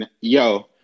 Yo